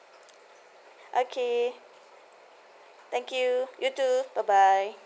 okay thank you you too bye bye